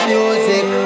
Music